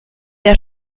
der